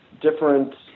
different